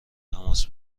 تماس